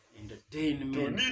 entertainment